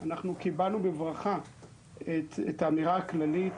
אנחנו קיבלנו בברכה את האמירה הכללית,